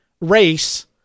race